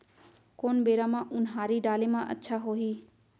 कोन बेरा म उनहारी डाले म अच्छा होही?